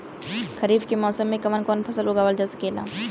खरीफ के मौसम मे कवन कवन फसल उगावल जा सकेला?